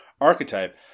archetype